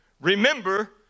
Remember